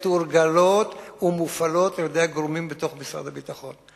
מתורגלות ומופעלות על-ידי הגורמים בתוך משרד הביטחון.